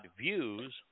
views